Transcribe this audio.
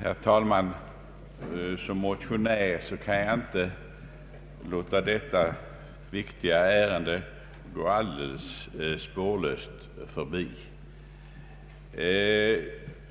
Herr talman! Som motionär kan jag inte låta detta viktiga ärende gå spårlöst förbi.